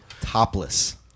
Topless